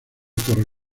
torre